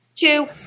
Two